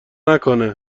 نکنه